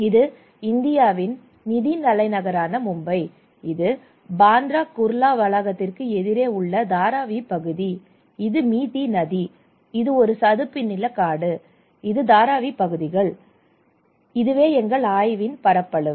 இது இந்தியாவின் நிதி தலைநகரான மும்பை இது பாந்த்ரா குர்லா வளாகத்திற்கு எதிரே உள்ள தாராவி பகுதியில் இது மிதி நதி சதுப்புநில காடு இது தரவி பகுதிகள் இதுவே எங்கள் ஆய்வு பரப்பளவு